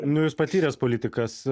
nu jūs patyręs politikas